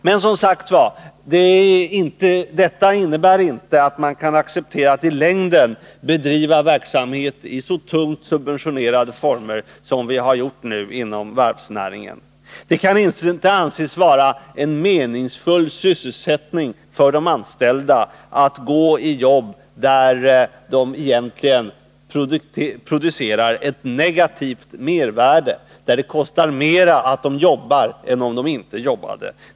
Men detta innebär, som sagt, inte att man kan acceptera att i längden bedriva verksamhet i så tungt subventionerade former som hittills inom varvsnäringen. Det kan inte anses vara en meningsfull sysselsättning för de anställda att gå i jobb där de egentligen producerar ett negativt mervärde — där det kostar mera att de jobbar än om de inte jobbade.